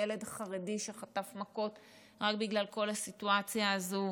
ילד חרדי שחטף מכות רק בגלל כל הסיטואציה הזו,